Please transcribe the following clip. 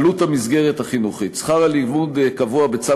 עלות המסגרת החינוכית: שכר הלימוד קבוע בצו